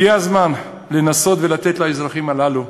הגיע הזמן לנסות לתת לאזרחים הללו,